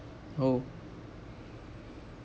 oh